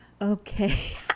Okay